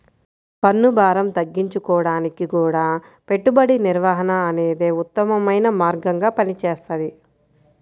పన్నుభారం తగ్గించుకోడానికి గూడా పెట్టుబడి నిర్వహణ అనేదే ఉత్తమమైన మార్గంగా పనిచేస్తది